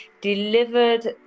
delivered